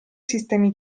sistemi